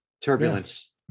Turbulence